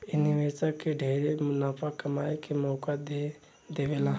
इ निवेशक के ढेरे मुनाफा कमाए के मौका दे देवेला